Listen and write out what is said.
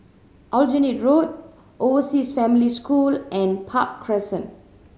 Aljunied Road Overseas Family School and Park Crescent